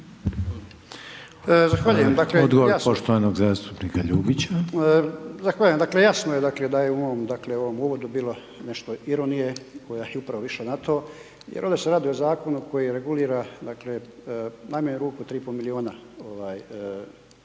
Odgovor poštovanog zastupnika Orepića.